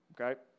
Okay